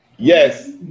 Yes